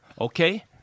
Okay